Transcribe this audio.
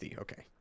okay